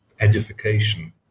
edification